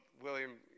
William